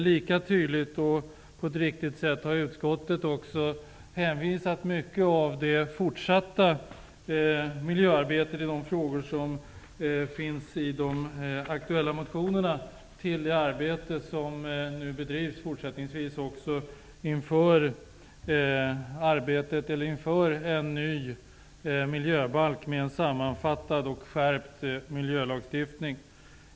Lika tydligt och på ett riktigt sätt har utskottet hänvisat mycket av det fortsatta miljöarbete som tas upp i de frågor som finns i de aktuella motionerna till det arbete som nu bedrivs inför en ny miljöbalk med en sammanfattad och skärpt miljölagstiftning.